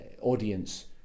audience